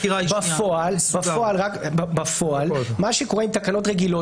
בפועל מה שקורה עם תקנות רגילות,